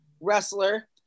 wrestler